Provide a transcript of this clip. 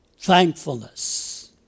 thankfulness